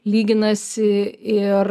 lyginasi ir